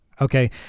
Okay